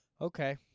Okay